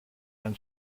ein